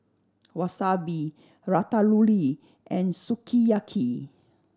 Wasabi Ratatouille and Sukiyaki